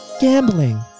gambling